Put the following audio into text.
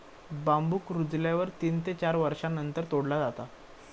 बांबुक रुजल्यावर तीन ते चार वर्षांनंतर तोडला जाता